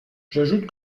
j’ajoute